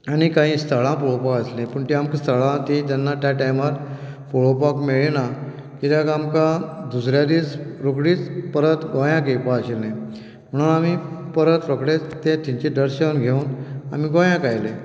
आनी कांय स्थळां पळोवपाक आसलीं पूण तीं आमकां स्थळां ती त्या टायमार पळोवपाक मेळ्ळीं ना कित्याक आमकां दुसऱ्या दीस रोखडीच गोंयांत परत येवपाक आशिल्लें म्हणून आमी परत रोखडेच थंयचें दर्शन घेवन आमी गोंयां आयले